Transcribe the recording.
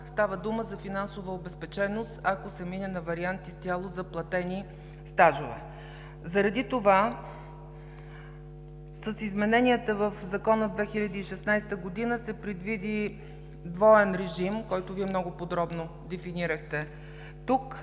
става дума за финансова обезпеченост, ако се мине на вариант изцяло за платени стажове. Заради това с измененията в Закона в 2016 г. се предвиди двоен режим, който Вие много подробно дефинирахте тук,